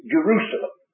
Jerusalem